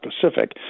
Pacific